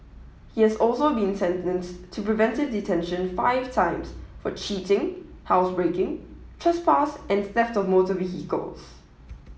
he has also been sentenced to preventive detention five times for cheating housebreaking trespass and theft of motor vehicles